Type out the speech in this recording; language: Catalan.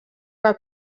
que